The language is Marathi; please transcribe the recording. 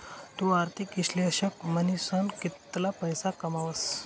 तु आर्थिक इश्लेषक म्हनीसन कितला पैसा कमावस